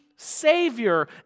Savior